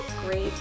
great